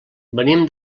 venim